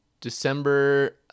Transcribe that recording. December